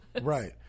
Right